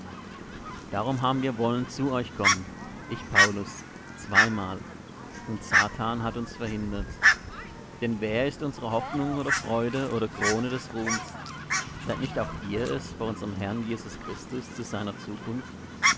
darum haben wir wollen zu euch kommen ich paulus zweimal und satan hat uns verhindert denn wer ist unsre hoffnung oder freude oder krone des ruhms seid nicht auch ihr es vor unserm herrn jesus christus zu seiner zukunft